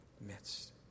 midst